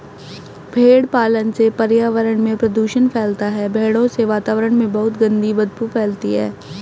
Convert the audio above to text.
भेड़ पालन से पर्यावरण में प्रदूषण फैलता है भेड़ों से वातावरण में बहुत गंदी बदबू फैलती है